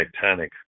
Titanic